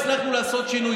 לא הצלחנו לעשות שינוי.